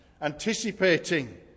anticipating